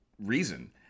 reason